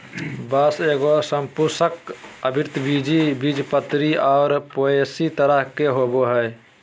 बाँस एगो सपुष्पक, आवृतबीजी, बीजपत्री और पोएसी तरह के होबो हइ